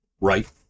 Right